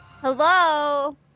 Hello